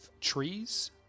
trees